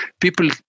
People